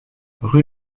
rue